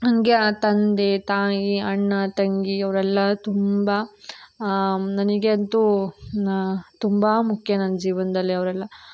ಹಾಗೆ ಆ ತಂದೆ ತಾಯಿ ಅಣ್ಣ ತಂಗಿ ಅವರೆಲ್ಲ ತುಂಬ ನನಗೆ ಅಂತೂ ತುಂಬ ಮುಖ್ಯ ನನ್ನ ಜೀವನದಲ್ಲಿ ಅವರೆಲ್ಲ